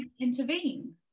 intervene